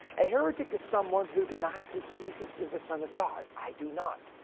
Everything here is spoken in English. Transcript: a heretic is someone who denies that jesus is the son of god. i do not.